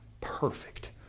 perfect